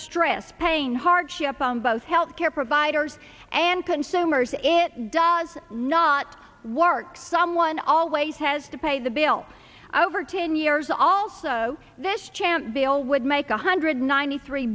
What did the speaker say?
stress pain hardship on both health care providers and consumers it does not work someone always has to pay the bill over ten years also this chance the old would make one hundred ninety three